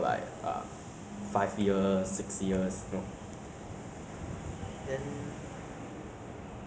我平时在家就是很很悠闲 loh 就是 ah 用手机